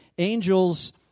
Angels